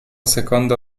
secondo